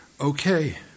okay